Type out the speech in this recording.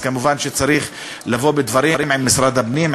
מובן שצריך לבוא בדברים עם משרד הפנים,